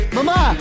Mama